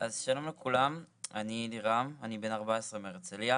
אז שלום לכולם, אני לירם, אני בן 14 מהרצליה.